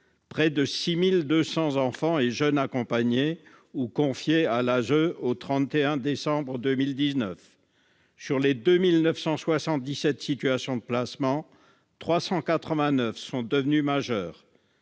près de 6 200 enfants et jeunes sont accompagnés ou confiés à l'ASE au 31 décembre 2019 ; sur les 2 977 situations de placement, 389 sont devenus majeurs